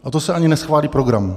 A to se ani neschválí program.